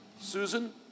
Susan